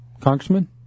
Congressman